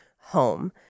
home